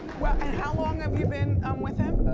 how long have you been um with him?